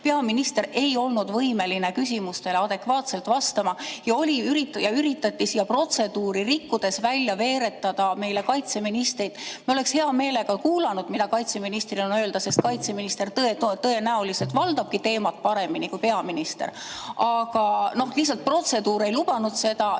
peaminister ei olnud võimeline küsimustele adekvaatselt vastama ja üritati siia protseduuri rikkudes välja veeretada meile kaitseministrit. Me oleksime hea meelega kuulanud, mida kaitseministril on öelda, sest kaitseminister tõenäoliselt valdabki teemat paremini kui peaminister. Aga protseduur ei lubanud seda.